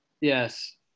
Yes